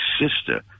sister